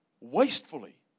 wastefully